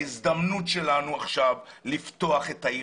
ההזדמנות שלנו עכשיו לפתוח את העיר